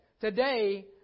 Today